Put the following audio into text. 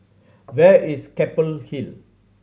where is Keppel Hill